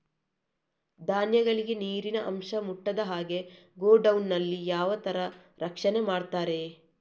ಧಾನ್ಯಗಳಿಗೆ ನೀರಿನ ಅಂಶ ಮುಟ್ಟದ ಹಾಗೆ ಗೋಡೌನ್ ನಲ್ಲಿ ಯಾವ ತರ ರಕ್ಷಣೆ ಮಾಡ್ತಾರೆ?